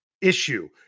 issue